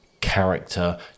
character